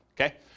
Okay